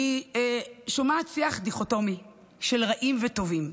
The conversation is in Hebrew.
אני שומעת שיח דיכוטומי של רעים וטובים.